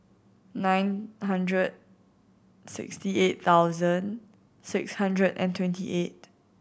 nine hundred and sixty eight thousand six hundred and twenty eight